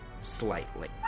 slightly